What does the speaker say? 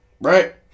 right